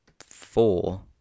four